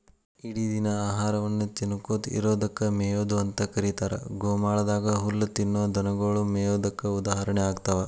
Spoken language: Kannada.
ಇಡಿದಿನ ಆಹಾರವನ್ನ ತಿನ್ನಕೋತ ಇರೋದಕ್ಕ ಮೇಯೊದು ಅಂತ ಕರೇತಾರ, ಗೋಮಾಳದಾಗ ಹುಲ್ಲ ತಿನ್ನೋ ದನಗೊಳು ಮೇಯೋದಕ್ಕ ಉದಾಹರಣೆ ಆಗ್ತಾವ